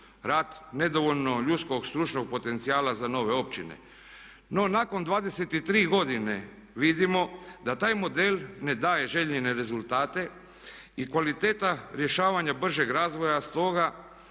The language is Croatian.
Rat, nedovoljno ljudskog stručnog potencijala za nove općine. No, nakon 23 godine vidimo da taj model ne daje željene rezultate i kvalitetu rješavanja bržeg razvoja. Stoga